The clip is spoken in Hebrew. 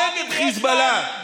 נגד חיזבאללה,